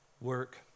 work